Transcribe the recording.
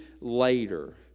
later